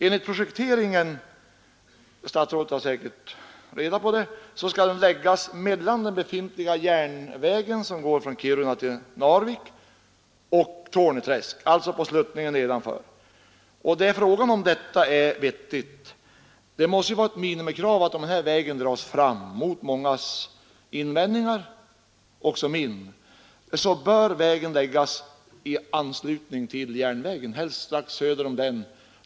Enligt projekteringen skall den — det har statsrådet säkert reda på — läggas mellan Torneträsk och den befintliga järnvägen från Kiruna till Narvik, alltså på sluttningen nedanför. Frågan är om detta är vettigt. Det måste vara ett minimikrav att om den här vägen dras fram — mot mångas invändningar och även mot mina — bör den läggas i anslutning till järnvägen, helst straxt söder om den.